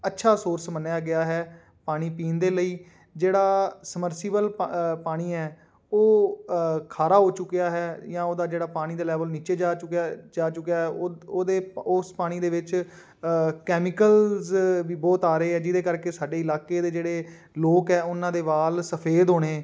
ਅੱਛਾ ਸੋਰਸ ਮੰਨਿਆ ਗਿਆ ਹੈ ਪਾਣੀ ਪੀਣ ਦੇ ਲਈ ਜਿਹੜਾ ਸਮਰਸੀਬਲ ਪ ਪਾਣੀ ਹੈ ਉਹ ਖਾਰਾ ਹੋ ਚੁੱਕਿਆ ਹੈ ਜਾਂ ਉਹਦਾ ਜਿਹੜਾ ਪਾਣੀ ਦਾ ਲੈਵਲ ਨੀਚੇ ਜਾ ਚੁੱਕਿਆ ਜਾ ਚੁੱਕਿਆ ਉਹ ਉਹਦੇ ਉਸ ਪਾਣੀ ਦੇ ਵਿੱਚ ਕੈਮੀਕਲਸ ਵੀ ਬਹੁਤ ਆ ਰਹੇ ਆ ਜਿਹਦੇ ਕਰਕੇ ਸਾਡੇ ਇਲਾਕੇ ਦੇ ਜਿਹੜੇ ਲੋਕ ਆ ਉਹਨਾਂ ਦੇ ਵਾਲ ਸਫੇਦ ਹੋਣੇ